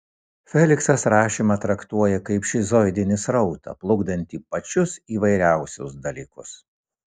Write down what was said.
feliksas rašymą traktuoja kaip šizoidinį srautą plukdantį pačius įvairiausius dalykus